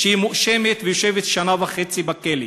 שהיא מואשמת ויושבת שנה וחצי בכלא.